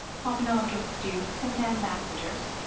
hobnobbed with dukes and ambassadors,